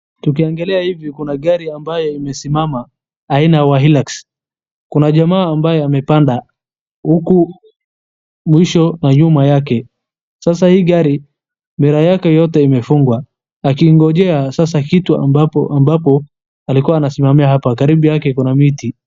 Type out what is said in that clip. Tukiangalia hivi kuna gari ambayo imesimama aina ya hilux, kuna jamaa ambaye amepanda huku mwisho na nyuma yake. Sasa hii gari mirror yake yote imefungwa, akingojea sasa kitu ambapo alikuwa anasimamia hapa karibu yake kuna miti.